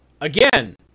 Again